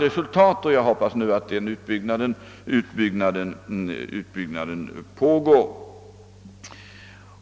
resultat. Jag hoppas att utbyggnaden där nu pågår.